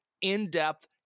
in-depth